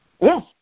yes